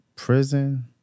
Prison